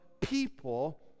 people